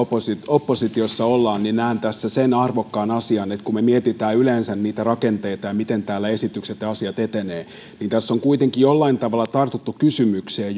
oppositiossa ollaan näen tässä sen arvokkaan asian että kun me mietimme yleensä niitä rakenteita ja sitä miten täällä esitykset ja asiat etenevät niin tässä on kuitenkin jollain tavalla tartuttu kysymykseen